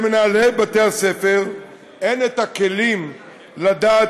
למנהלי בתי-הספר אין את הכלים לדעת